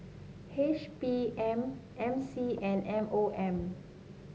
H P M M C and M O M